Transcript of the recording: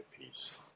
peace